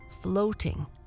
floating